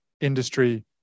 industry